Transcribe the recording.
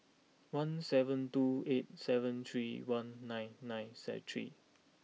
one seven two eight seven three one nine nine set three